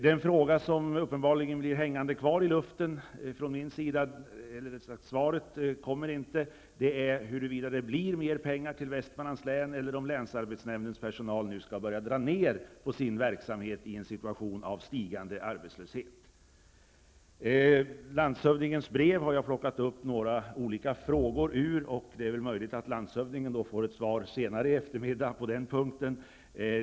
Det kom inte något svar på min fråga huruvida det blir mer pengar till Västmanlands län eller om länsarbetsnämndens personal nu, i en situation av stigande arbetslöshet, skall börja dra ner på sin verksamhet. Jag har tagit upp några olika frågor ur landshövdingens brev, och det är möjligt att landshövdingen senare i eftermiddag får ett svar på den punkten.